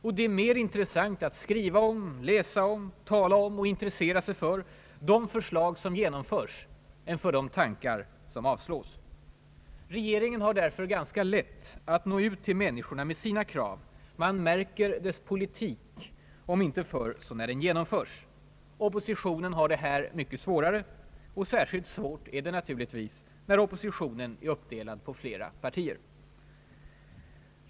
Och det är mer intressant att skriva om, tala om, läsa om och intressera sig för de förslag som genomförs än för de tankar som avslås. Regeringen har därför ganska lätt att nå ut till människorna med sina krav; man märker dess politik om inte förr så när den genomförs. Oppositionen har det här mycket svårare. Särskilt svårt är det naturligtvis när oppositionen är uppdelad på flera partier.